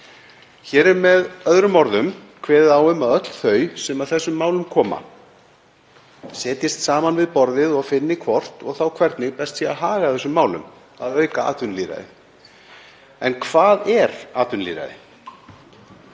Hér er með öðrum orðum kveðið á um að öll þau sem að þessum málum koma setjist saman við borð og finni hvort og þá hvernig best sé að haga þessum málum, að auka atvinnulýðræði. En hvað er atvinnulýðræði?